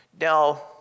Now